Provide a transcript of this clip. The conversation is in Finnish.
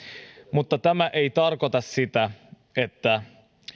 mutta tämä ei tarkoita sitä että